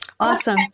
Awesome